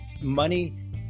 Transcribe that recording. money